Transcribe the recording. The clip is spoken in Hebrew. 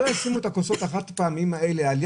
לא רק זה, אם אנחנו ממסים את הרב-פעמי אז אנחנו לא